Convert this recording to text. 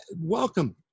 welcome